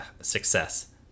success